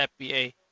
FBA